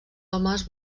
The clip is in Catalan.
homes